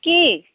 কি